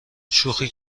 شوخی